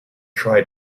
try